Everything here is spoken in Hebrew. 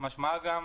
- משמעה גם